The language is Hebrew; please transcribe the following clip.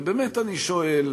ובאמת אני שואל: